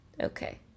Okay